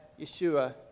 Yeshua